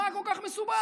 מה כל כך מסובך?